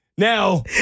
Now